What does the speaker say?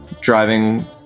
Driving